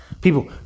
people